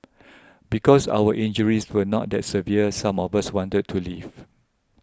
because our injuries were not that severe some of us wanted to leave